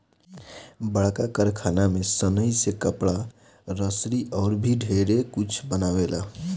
बड़का कारखाना में सनइ से कपड़ा, रसरी अउर भी ढेरे कुछ बनावेला